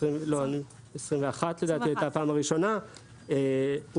שזאת הייתה הפעם הראשונה,